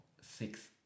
six